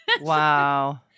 Wow